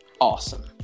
awesome